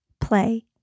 play